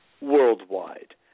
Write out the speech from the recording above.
worldwide